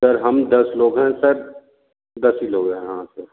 sir हम दस लोग है सर दस ही लोग है हाँ सर